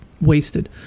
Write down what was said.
wasted